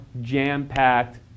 jam-packed